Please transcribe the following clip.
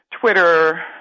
Twitter